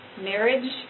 marriage